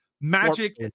magic